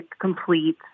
complete